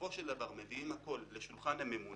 ובסופו של דבר מביאים הכול לשולחן הממונה,